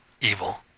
evil